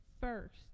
first